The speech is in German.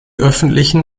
öffentlichen